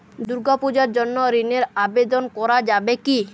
দুর্গাপূজার জন্য ঋণের আবেদন করা যাবে কি?